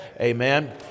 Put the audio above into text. amen